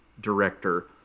director